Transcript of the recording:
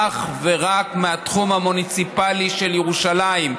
אך ורק מהתחום המוניציפלי של ירושלים,